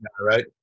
right